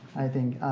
i think,